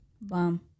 bomb